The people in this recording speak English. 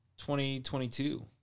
2022